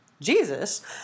Jesus